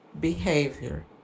behavior